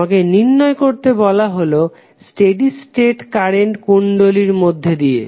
তোমাকে নির্ণয় করতে বলা হলো স্টেডি স্টেট কারেন্ট কুণ্ডলীর মধ্যে দিয়ে